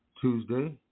Tuesday